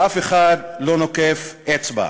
ואף אחד לא נוקף אצבע.